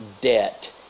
debt